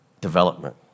development